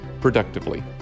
productively